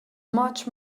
much